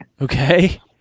Okay